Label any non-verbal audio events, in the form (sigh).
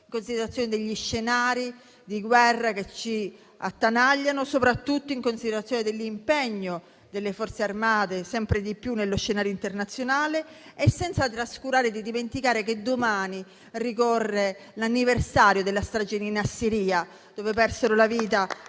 in considerazione degli scenari di guerra che ci attanagliano e in considerazione dell'impegno delle Forze armate, sempre maggiore nello scenario internazionale, e senza trascurare, né dimenticare che domani ricorre l'anniversario della strage di Nassiriya, (applause) dove persero la vita